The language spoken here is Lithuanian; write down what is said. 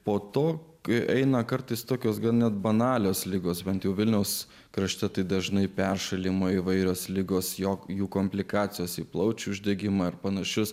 po to kai eina kartais tokios gana banalios ligos bent jau vilniaus krašte tai dažnai peršalimo įvairios ligos jog jų komplikacijos plaučių uždegimą ar panašius